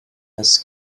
his